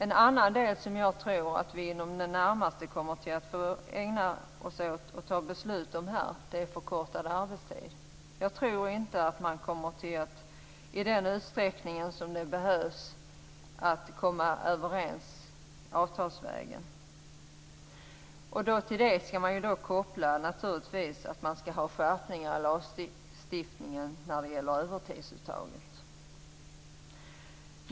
En annan fråga som jag tror att vi inom den närmaste tiden kommer att få ägna oss åt och fatta beslut om är förkortad arbetstid. Jag tror inte att man i den utsträckning som behövs kommer att komma överens avtalsvägen. Till det skall man naturligtvis koppla skärpningar i lagstiftningen när det gäller övertidsuttag.